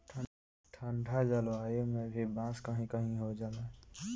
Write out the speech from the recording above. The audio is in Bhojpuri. ठंडा जलवायु में भी बांस कही कही हो जाला